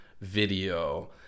video